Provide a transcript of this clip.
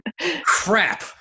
crap